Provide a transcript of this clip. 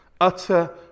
Utter